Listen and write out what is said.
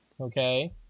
okay